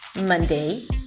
Monday